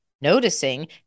noticing